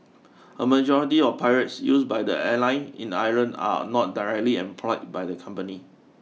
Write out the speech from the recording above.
a majority of pilots used by the airline in Ireland are not directly employed by the company